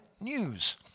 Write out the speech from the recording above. news